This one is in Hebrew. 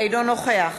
אינו נוכח